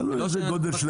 תלוי איזה גודל.